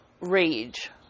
rage